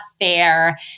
fair